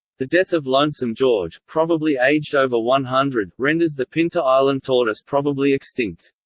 the death of lonesome george, probably aged over one hundred, renders the pinta island tortoise probably extinct.